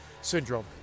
syndrome